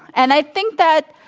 and i think that